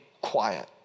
quiet